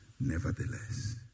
nevertheless